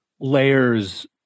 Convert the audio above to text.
layers